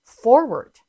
forward